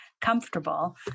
comfortable